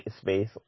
space